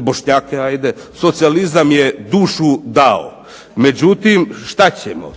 Bošnjake ajde socijalizam je dušu dao. Međutim, šta ćemo?